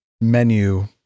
menu